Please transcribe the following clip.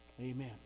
Amen